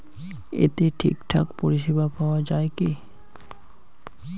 এতে ঠিকঠাক পরিষেবা পাওয়া য়ায় কি?